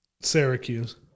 Syracuse